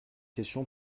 question